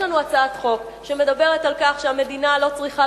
יש לנו הצעת חוק שמדברת על כך שהמדינה לא צריכה